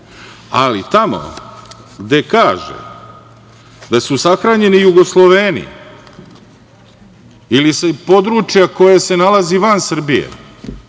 ali tamo gde kaže da su sahranjeni Jugosloveni ili sa područja koje se nalazi van Srbije,